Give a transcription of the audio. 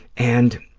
and